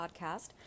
podcast